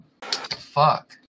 Fuck